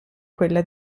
quella